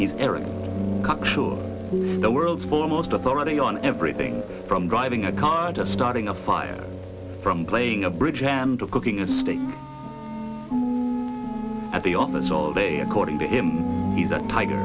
cockshaw the world's foremost authority on everything from driving a car to starting a fire from playing a bridge hand to cooking a stick at the office all day according to him he's a tiger